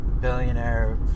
billionaire